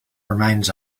remains